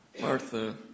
Martha